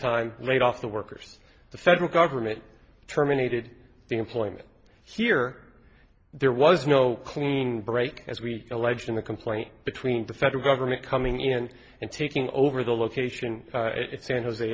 time laid off the workers the federal government terminated the employment here there was no clean break as we allege in the complaint between the federal government coming in and taking over the location san jose